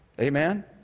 Amen